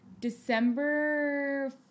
December